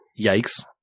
yikes